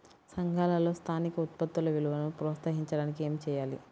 సంఘాలలో స్థానిక ఉత్పత్తుల విలువను ప్రోత్సహించడానికి ఏమి చేయాలి?